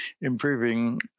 improving